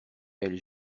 elle